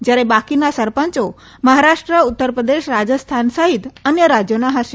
જ્યારે બાકીના સરપંચો મહારાષ્ટ્ર ઉત્તરપ્રદેશ રાજસ્થાન સહિત અન્ય રાજ્યોના હશે